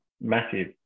massive